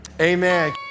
amen